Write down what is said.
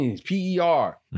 P-E-R